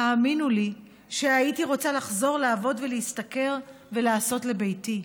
האמינו לי שהייתי רוצה לחזור לעבוד ולהשתכר ולעשות לביתי,